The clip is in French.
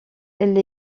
elle